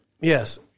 Yes